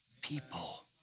people